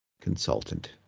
consultant